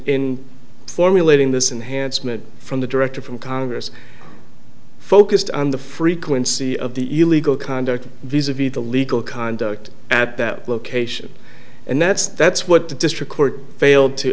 in formulating this enhanced myth from the director from congress focused on the frequency of the illegal conduct visibly the legal conduct at that location and that's that's what the district court failed to